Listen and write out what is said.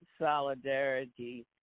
Solidarity